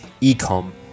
e-com